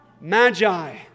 magi